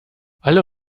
alle